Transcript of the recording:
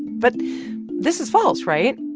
but this is false, right?